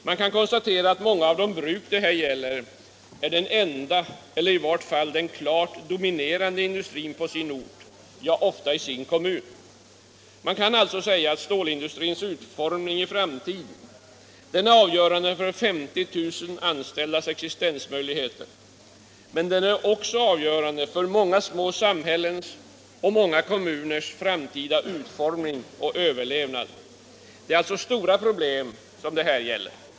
Man kan konstatera att många av de bruk det här gäller är den enda, eller den klart dominerande industrin på sin ort, ja ofta i sin kommun. Man kan alltså säga att stålindustrins utformning i framtiden är avgörande för 50 000 anställdas ex istensmöjligheter, men den är också avgörande för många små samhällens och kommuners framtida utformning och överlevnad. Det är alltså stora problem det gäller.